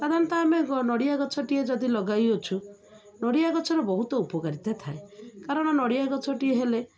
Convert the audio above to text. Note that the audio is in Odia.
ସାଧାରଣତଃ ଆମେ ନଡ଼ିଆ ଗଛଟିଏ ଯଦି ଲଗାଇ ଅଛୁ ନଡ଼ିଆ ଗଛର ବହୁତ ଉପକାରିତା ଥାଏ କାରଣ ନଡ଼ିଆ ଗଛଟିଏ ହେଲେ